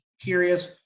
curious